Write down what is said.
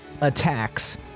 attacks